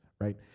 right